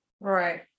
Right